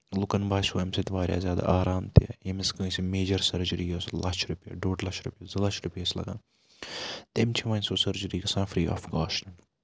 لُکن باسیٚو اَمہِ سۭتۍ واریاہ زیادٕ آرام تہِ ییٚمِس کٲنسہِ میجر سٔرجٔری ٲسۍ لَچھ رۄپیہِ ڈوٚڑ لَچھ رۄپیہِ زٕ لَچھ رۄپیہِ ٲسۍ لگان تٔمۍ چھُ وۄنۍ سُہ سٔرجٔری حِسابہٕ فری آف کاسٹ